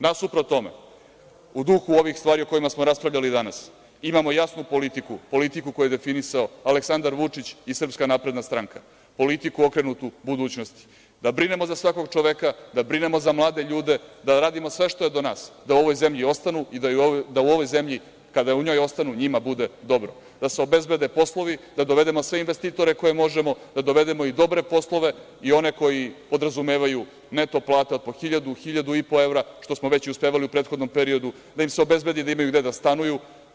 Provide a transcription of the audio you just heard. Nasuprot tome, u duhu ovih stvari o kojima smo raspravljali danas, imamo jasnu politiku, politiku koju je definisao Aleksandar Vučić i SNS, politiku okrenutu budućnosti, da brinemo za svakog čoveka, da brinemo za mlade ljude, da radimo sve što je do nas da u ovoj zemlji ostanu i da u ovoj zemlji, kada u njoj ostanu, njima bude dobro, da se obezbede poslovi, da dovedemo sve investitore koje možemo, da dovedemo i dobre poslove i one koji podrazumevaju neto plate od po 1.000, 1.000 evra, što smo već i uspevali u prethodnom periodu, da im se obezbedi da imaju gde da stanuju.